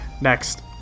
Next